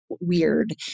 weird